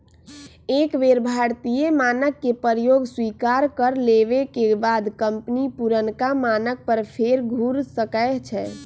एक बेर भारतीय मानक के प्रयोग स्वीकार कर लेबेके बाद कंपनी पुरनका मानक पर फेर घुर सकै छै